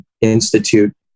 Institute